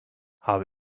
habe